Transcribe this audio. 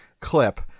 clip